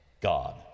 God